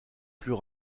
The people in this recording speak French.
plus